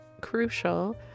crucial